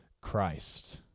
Christ